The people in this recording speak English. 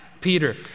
Peter